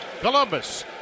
Columbus